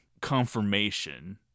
confirmation